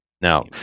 Now